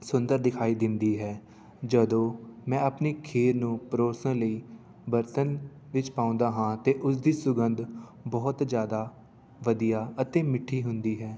ਸੁੰਦਰ ਦਿਖਾਈ ਦਿੰਦੀ ਹੈ ਜਦੋਂ ਮੈਂ ਆਪਣੀ ਖ਼ੀਰ ਨੂੰ ਪਰੋਸਣ ਲਈ ਬਰਤਨ ਵਿੱਚ ਪਾਉਂਦਾ ਹਾਂ ਤਾਂ ਉਸਦੀ ਸੁਗੰਧ ਬਹੁਤ ਜ਼ਿਆਦਾ ਵਧੀਆ ਅਤੇ ਮਿੱਠੀ ਹੁੰਦੀ ਹੈ